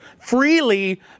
freely